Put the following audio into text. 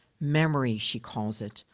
memory, she calls it,